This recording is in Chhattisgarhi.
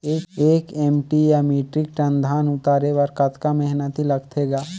एक एम.टी या मीट्रिक टन धन उतारे बर कतका मेहनती लगथे ग?